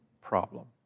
problem